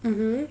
mmhmm